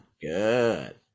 good